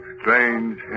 strange